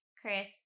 Chris